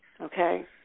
okay